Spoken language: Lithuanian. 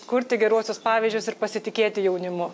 kurti geruosius pavyzdžius ir pasitikėti jaunimu